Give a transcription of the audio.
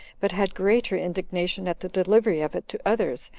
but had greater indignation at the delivery of it to others,